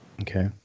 Okay